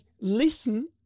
listen